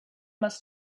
must